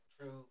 true